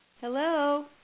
Hello